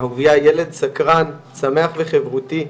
אהוביה ילד סקרן, שמח וחברותי,